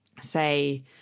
say